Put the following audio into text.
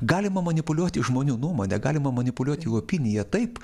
galima manipuliuoti žmonių nuomone galima manipuliuoti jų opinija taip